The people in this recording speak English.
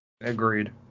Agreed